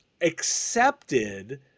accepted